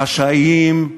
חשאיים,